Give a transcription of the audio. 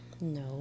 No